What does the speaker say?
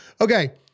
Okay